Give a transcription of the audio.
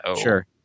Sure